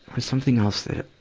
there's something else that,